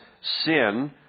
sin